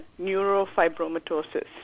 neurofibromatosis